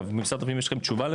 משרד הפנים, יש לכם תשובה?